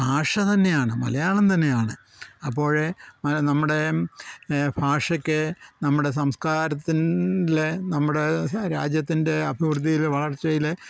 ഭാഷ തന്നെയാണ് മലയാളം തന്നെയാണ് അപ്പോഴേ നമ്മുടെ ഭാഷക്ക് നമ്മുടെ സംസ്കാരത്തിൻ ലെ നമ്മുടെ രാജ്യത്തിൻ്റെ അഭിവൃദ്ധിയിൽ വളർച്ചയിൽ